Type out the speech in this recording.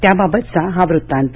त्याबाबतचा हा वृत्तांत